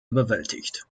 überwältigt